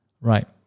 Right